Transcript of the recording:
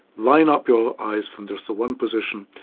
line up your eyes from just the one position,